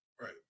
Right